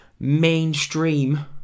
mainstream